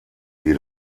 die